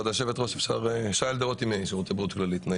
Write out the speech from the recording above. שירותי בריאות כללית.